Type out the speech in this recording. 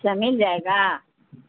اچھا مل جائے گا